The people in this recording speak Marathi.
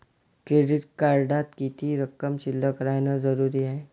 क्रेडिट कार्डात किती रक्कम शिल्लक राहानं जरुरी हाय?